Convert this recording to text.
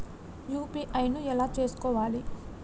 UPI ను ఎలా చేస్కోవాలి?